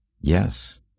Yes